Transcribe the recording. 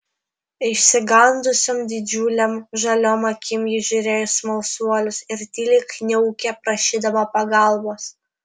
išsigandusiom didžiulėm žaliom akim ji žiūrėjo į smalsuolius ir tyliai kniaukė prašydama pagalbos